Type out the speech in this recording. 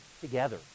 together